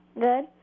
Good